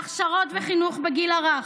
להכשרות וחינוך בגיל הרך.